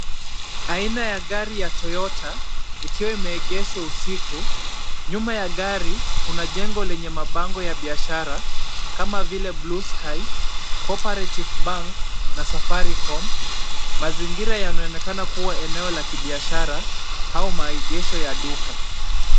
Aina ya gari ya Toyota ikiwa imeegeshwa usiku. Nyuma ya gari kuna jengo lenye mabango ya biashara kama vile Bluesky, Coorperative Bank na Safaricom. Mazingira yanaonekana kuwa eneo la kibiashara au maegesho ya duka.